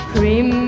Cream